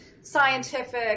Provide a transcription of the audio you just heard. scientific